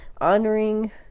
honoring